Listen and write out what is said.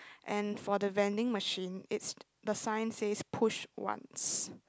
and for the vending machine it's the sign said push once